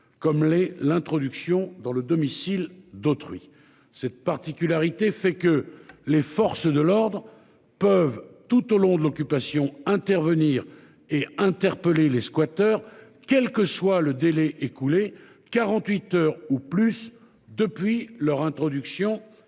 comme l'est l'introduction dans le domicile d'autrui. Cette particularité fait que les forces de l'ordre peuvent tout au long de l'occupation intervenir et interpeller les squatteurs, quel que soit le délai écoulé 48 heures ou plus, depuis leur introduction